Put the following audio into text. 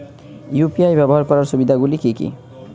UPI ব্যাবহার সুবিধাগুলি কি কি?